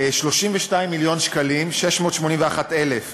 32 מיליון ו-681,000 שקל,